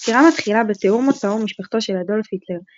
הסקירה מתחילה בתיאור מוצאו ומשפחתו של אדולף היטלר,